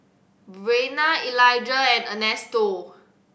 Rayna Eligah and Ernesto